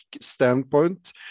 standpoint